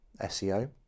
SEO